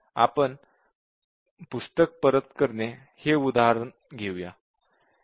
आपण पुस्तक परत करणे हे उदाहरणार्थ घेऊया